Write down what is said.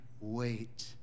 wait